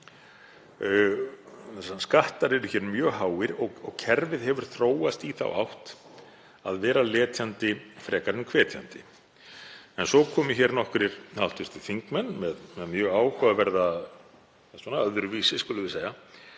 Skattar eru hér mjög háir og kerfið hefur þróast í þá átt að vera letjandi frekar en hvetjandi. En svo komu nokkrir hv. þingmenn með mjög áhugaverða eða öðruvísi, skulum við segja,